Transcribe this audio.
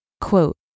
Quote